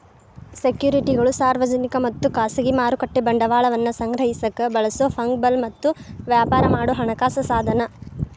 ಸೆಕ್ಯುರಿಟಿಗಳು ಸಾರ್ವಜನಿಕ ಮತ್ತ ಖಾಸಗಿ ಮಾರುಕಟ್ಟೆ ಬಂಡವಾಳವನ್ನ ಸಂಗ್ರಹಿಸಕ ಬಳಸೊ ಫಂಗಬಲ್ ಮತ್ತ ವ್ಯಾಪಾರ ಮಾಡೊ ಹಣಕಾಸ ಸಾಧನ